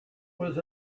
was